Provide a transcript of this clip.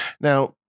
Now